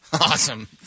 Awesome